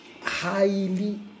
highly